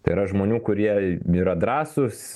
tai yra žmonių kurie yra drąsūs